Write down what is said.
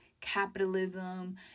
capitalism